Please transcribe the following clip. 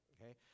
okay